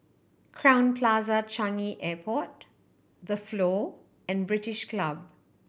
Crowne Plaza Changi Airport The Flow and British Club